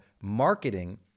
Marketing